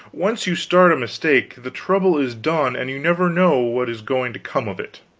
once you start a mistake, the trouble is done and you never know what is going to come of it.